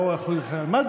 אני לא אומר על מה לדבר,